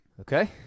Okay